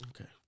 Okay